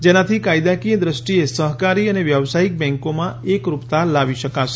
જેનાથી કાયદાકીય દૃષ્ટિએ સહકારી અને વ્યવસાયિક બેન્કોમાં એકરૂપતા લાવી શકાશે